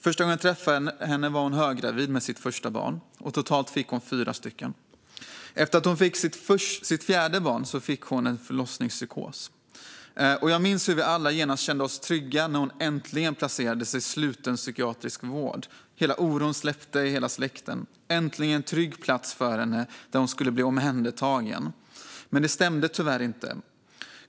Första gången jag träffade henne var hon höggravid med sitt första barn, och totalt fick hon fyra barn. Efter att hon fick sitt fjärde barn fick hon en förlossningspsykos. Och jag minns hur vi alla genast kände oss trygga när hon äntligen placerades i sluten psykiatrisk vård. Hela oron släppte i hela släkten. Äntligen en trygg plats för henne där hon skulle bli omhändertagen. Men det stämde tyvärr inte.